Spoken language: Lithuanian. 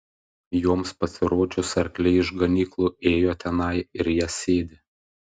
joms pasirodžius arkliai iš ganyklų ėjo tenai ir jas ėdė